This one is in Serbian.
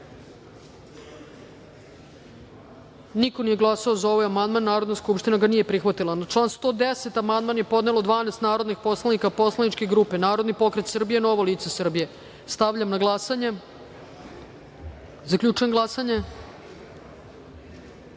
niko nije glasao za ovaj amandman. Narodna skupština ga nije prihvatila. Na član 84. amandman je podnelo 12 narodnih poslanika poslaničke grupe Narodni pokret Srbije – Novo lice Srbije. Stavljam na glasanje ovaj amandman. Zaključujem glasanje: